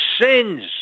sins